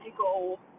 go